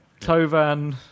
Tovan